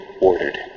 ordered